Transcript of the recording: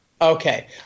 Okay